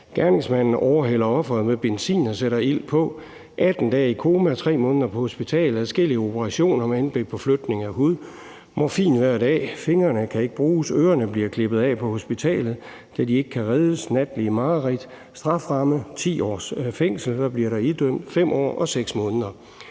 Gerningsmanden overhældte offeret med benzin og satte ild på. Det førte til 18 dage i koma, 3 måneder på hospitalet, adskillige operationer med henblik på flytning af hud og morfin hver dag. Fingrene kunne ikke bruges, og ørerne blev klippet af på hospitalet, da de ikke kunne reddes. Offeret havde natlige mareridt. Strafferammen er 10 års fængsel. Hvilken straf blev der idømt? 5 år og 6 måneder.